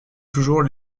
toujours